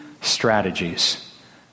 strategies